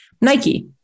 Nike